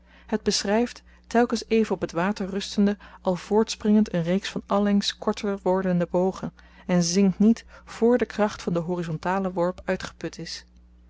het beschryft telkens even op t water rustende al voortspringend een reeks van allengs korter wordende bogen en zinkt niet voor de kracht van den horizontalen worp uitgeput is